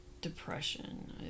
depression